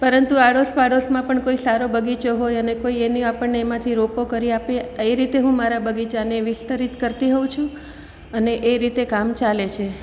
પરંતુ આડોશપાડોશમાં પણ કોઈ સારો બગીચો હોય અને કોઈ એની આપણને એમાંથી રોપો કરી આપે એ રીતે હું મારા બગીચાને વિસ્તરીત કરતી હોઉં છું અને એ રીતે કામ ચાલે છે